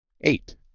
Eight